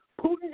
Putin